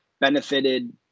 benefited